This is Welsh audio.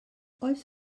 oedd